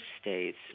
states